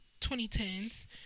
2010s